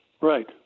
right